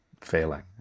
failing